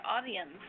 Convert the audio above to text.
audience